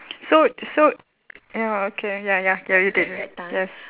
so so ya okay ya ya ya you did yes